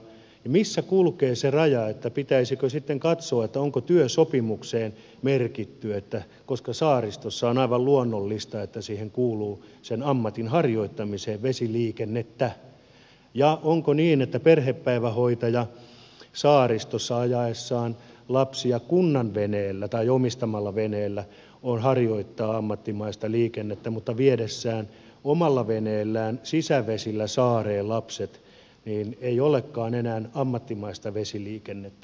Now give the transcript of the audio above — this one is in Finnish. missä kulkee se raja pitäisikö sitten katsoa onko vesiliikenne työsopimukseen merkitty koska saaristossa on aivan luonnollista että ammatin harjoittamiseen kuuluu vesiliikennettä ja onko niin että perhepäivähoitaja ajaessaan saaristossa lapsia kunnan omistamalla veneellä harjoittaa ammattimaista liikennettä mutta lasten vieminen omalla veneellä sisävesillä saareen ei olekaan enää ammattimaista vesiliikennettä